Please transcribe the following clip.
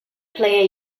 player